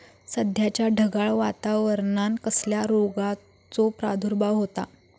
सध्याच्या ढगाळ वातावरणान कसल्या रोगाचो प्रादुर्भाव होता?